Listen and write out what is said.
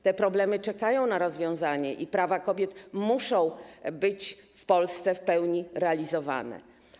Te problemy czekają na rozwiązanie i prawa kobiet muszą być w Polsce w pełni realizowane.